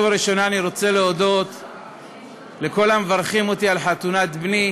אני מבקש לומר לפרוטוקול שההערה שלי הייתה,